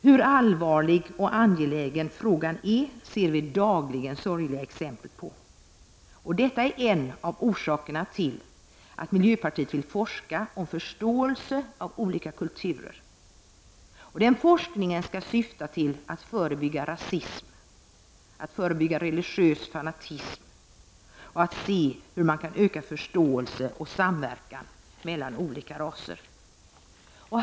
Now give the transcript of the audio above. Hur allvarlig och angelägen frågan är ser vi dagligen sorgliga exempel på. Detta är en av orsakerna till att miljöpartiet vill forska om förståelse av olika kulturer. Den forskningen skall syfta till att förebygga rasism, religiös fanatism och se hur man kan öka förståelse och samverkan mellan olika raser.